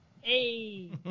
Hey